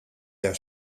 der